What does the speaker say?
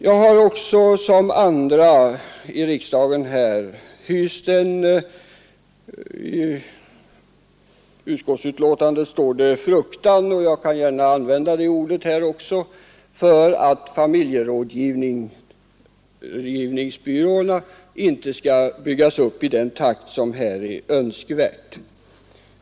Jag har liksom flera andra här i riksdagen hyst en viss fruktan i utskottsbetänkandet används det ordet, och jag kan gärna använda det här också för att familjerådgivningsbyråerna inte kan byggas upp i önskvärd takt.